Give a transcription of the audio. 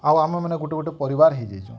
ଆଉ ଆମେମାନେ ଗୋଟେ ଗୋଟେ ପରିବାର୍ ହେଇଯାଇଛୁଁ